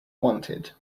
wanted